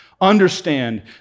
understand